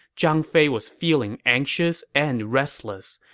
zhang fei was feeling anxious and restless.